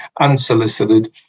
unsolicited